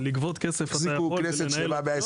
לגבות כסף אתה יכול, ולנהל לא?